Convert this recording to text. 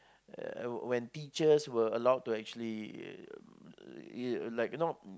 uh when teachers were allowed to actually um like you know